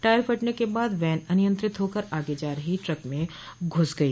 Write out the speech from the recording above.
tire फटने के बाद वैन अनियंत्रित होकर आगे जा रही ट्रक में घुस गई